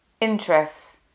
interests